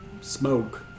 smoke